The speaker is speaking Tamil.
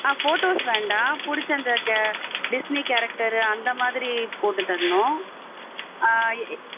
ஆ ஃபோட்டோஸ் வேண்டாம் பிடிச்ச அந்த க டிஸ்னி கேரக்டரு அந்த மாதிரி போட்டு தரணும் ஆ